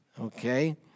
Okay